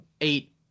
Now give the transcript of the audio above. eight